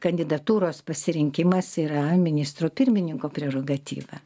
kandidatūros pasirinkimas yra ministro pirmininko prerogatyva